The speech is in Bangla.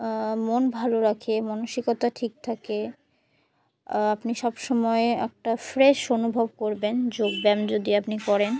মন ভালো রাখে মানসিকতা ঠিক থাকে আপনি সব সমময় একটা ফ্রেশ অনুভব করবেন যোগব্যায়াম যদি আপনি করেন